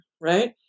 right